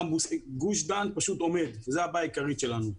גוש דן פשוט עומד, זו הבעיה העיקרית שלנו.